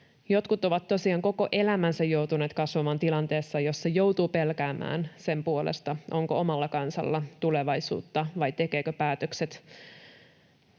Jotkut ovat tosiaan koko elämänsä joutuneet kasvamaan tilanteessa, jossa joutuu pelkäämään sen puolesta, onko omalla kansalla tulevaisuutta vai tekeekö päätökset